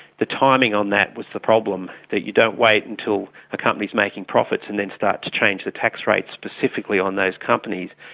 the timing on that was the problem, that you don't wait until a company is making profits and then start to change the tax rates specifically on those companies.